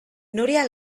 nuria